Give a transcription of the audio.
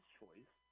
choice